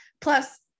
plus